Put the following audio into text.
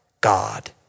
God